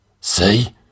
See